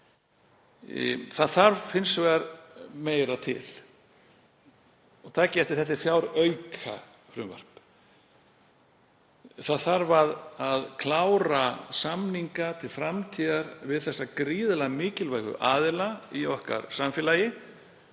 Það þarf hins vegar meira til. Og takið eftir, þetta er fjáraukalagafrumvarp. Það þarf að klára samninga til framtíðar við þessa gríðarlega mikilvægu aðila í okkar samfélagi.